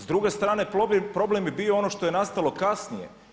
S druge strane, problem bi bio ono što je nastalo kasnije.